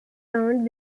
round